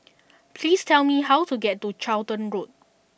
please tell me how to get to Charlton Road